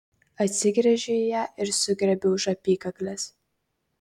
atsigręžiu į ją ir sugriebiu už apykaklės